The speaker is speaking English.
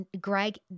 Greg